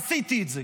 עשיתי את זה.